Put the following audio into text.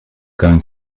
going